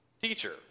Teacher